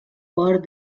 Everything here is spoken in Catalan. port